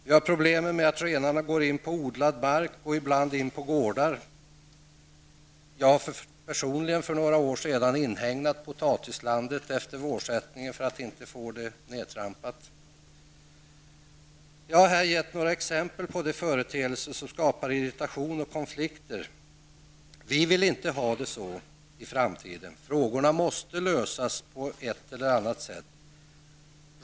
Vi har problemen med att renarna går in på odlad mark och ibland in på gårdar. Jag har personligen för några år sedan inhägnat potatislandet efter vårsättningen för att inte få potatislandet nertrampat. Jag har här gett några exempel på företeelser som skapar irritation och konflikter. Vi vill inte ha det så i framtiden, utan frågorna måste lösas på ett eller annat sätt.